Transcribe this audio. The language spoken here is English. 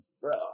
bro